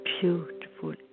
beautiful